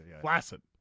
Flaccid